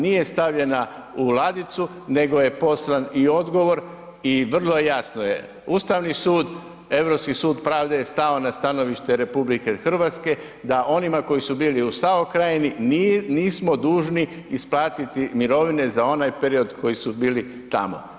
Nije stavljena u ladicu nego je poslan i odgovor i vrlo jasno je, Ustavni sud, Europski sud pravde je stao na stanovište RH, da onima koji su bili u SAO Krajini nismo dužni isplatiti mirovine za onaj period koji su bili tamo.